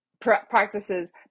practices